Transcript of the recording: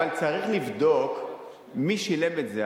אבל צריך לבדוק מי שילם את זה,